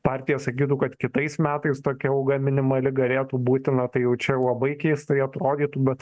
partija sakytų kad kitais metais tokia alga minimali galėtų būti na tai jau čia labai keistai atrodytų bet